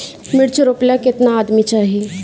मिर्च रोपेला केतना आदमी चाही?